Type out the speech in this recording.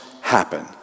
happen